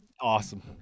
awesome